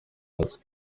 mazi